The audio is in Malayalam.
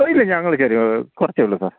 അറിയില്ല ഞങ്ങൾക്കൊരൂ കുറച്ചെ ഉള്ളൂ സാർ